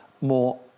more